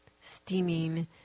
steaming